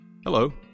Hello